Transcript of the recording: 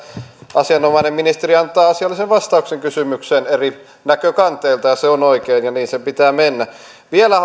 asianomainen ministeri antaa asiallisen vastauksen kysymykseen eri näkökanteilta ja se on oikein ja niin sen pitää mennä vielä